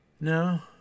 No